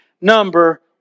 number